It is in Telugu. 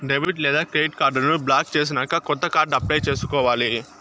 డెబిట్ లేదా క్రెడిట్ కార్డులను బ్లాక్ చేసినాక కొత్త కార్డు అప్లై చేసుకోవాలి